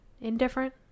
indifferent